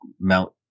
mount